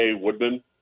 Woodman